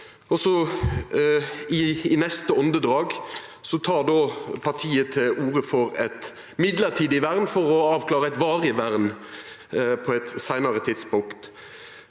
I neste andedrag tek partiet til orde for eit midlertidig vern for å avklara eit varig vern på eit seinare tidspunkt.